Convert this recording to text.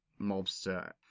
mobster